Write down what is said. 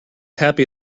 happy